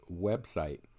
website